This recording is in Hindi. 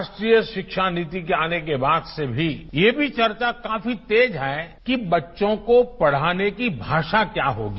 राष्ट्रीय शिक्षा नीति के आने के बाद से भी ये भी चर्चा काफी तेज है कि बच्चों को पढ़ाने की भाषा क्या होगी